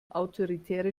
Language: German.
autoritäre